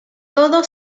todo